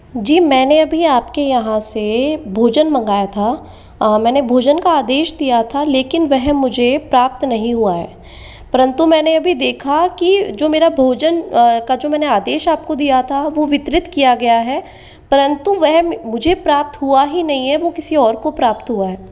जी मैंने अभी आपके यहाँ से भोजन मंगाया था मैंने भोजन का आदेश दिया था लेकिन वह मुझे प्राप्त नहीं हुआ है परंतु मैंने अभी देखा कि जो मेरा भोजन का जो मैंने आदेश आपको दिया था वह वितरित किया गया है परंतु वह मुझे प्राप्त हुआ ही नहीं है वह किसी और को प्राप्त हुआ है